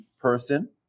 person